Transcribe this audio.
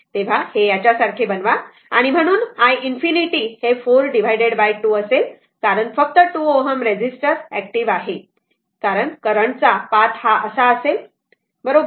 तर याच्या सारखे बनवा म्हणून i ∞ हे 4 डिवाइडेड2 असेल कारण फक्त 2 Ω रजिस्टरस एक्टिव आहे कारण करंट चा पाथ हा असा असेल हा असा असेल बरोबर